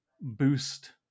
boost